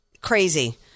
crazy